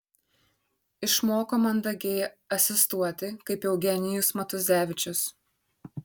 išmoko mandagiai asistuoti kaip eugenijus matuzevičius